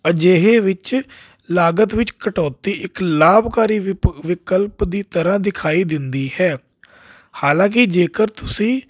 ਅਜਿਹੇ ਵਿੱਚ ਲਾਗਤ ਵਿੱਚ ਕਟੌਤੀ ਇੱਕ ਲਾਭਕਾਰੀ ਵੀ ਵਿਕਲਪ ਦੀ ਤਰ੍ਹਾਂ ਦਿਖਾਈ ਦਿੰਦੀ ਹੈ ਹਾਲਾਂਕਿ ਜੇਕਰ ਤੁਸੀਂ